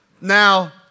Now